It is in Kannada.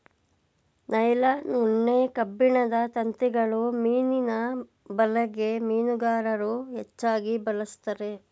ನೈಲಾನ್, ಉಣ್ಣೆ, ಕಬ್ಬಿಣದ ತಂತಿಗಳು ಮೀನಿನ ಬಲೆಗೆ ಮೀನುಗಾರರು ಹೆಚ್ಚಾಗಿ ಬಳಸ್ತರೆ